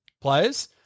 players